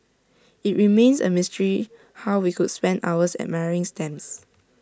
IT remains A mystery how we could spend hours admiring stamps